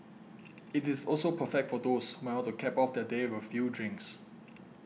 it is also perfect for those might want to cap off their day with a few drinks